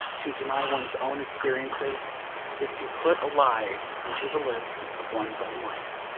to deny one's own experiences is to put a lie into the lips of one's own life.